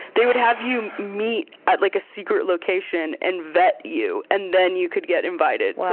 they would have you meet at like a secret location and vet you and then you could get invited yeah